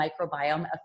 microbiome